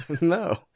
No